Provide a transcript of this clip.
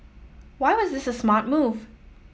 why was this a smart move